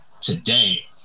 today